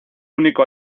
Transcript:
único